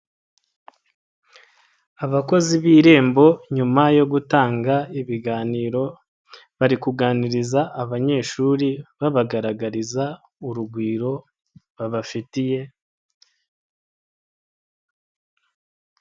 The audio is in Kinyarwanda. Abakozi b'Irembo nyuma yo gutanga ibiganiro bari kuganiriza abanyeshuri babagaragariza urugwiro babafitiye.